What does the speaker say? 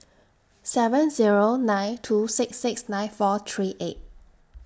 seven Zero nine two six six nine four three eight